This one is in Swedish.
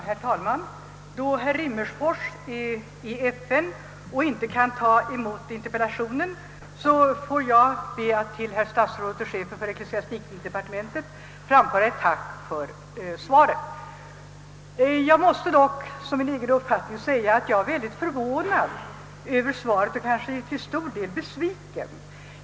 Herr talman! Då herr Rimmerfors bevistar FN:s överläggningar ber jag att å hans vägnar få tacka statsrådet och chefen för ecklesiastikdepartementet för svaret. För egen del är jag mycket förvånad över svaret och framför allt besviken på detsamma.